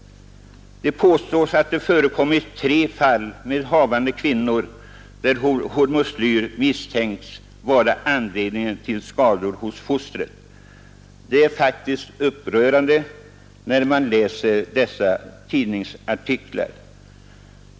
Det påstås att det förekommit tre fall där hormoslyr misstänks vara anledningen till skador hos foster. Man blir faktiskt upprörd när man läser dessa tidningsartiklar.